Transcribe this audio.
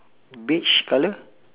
beige colour